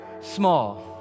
small